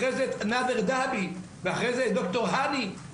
אחרי זה את נאדר ד'הבי ואחרי זה את ד"ר האני.